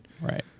Right